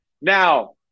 Now